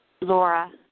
Laura